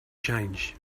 change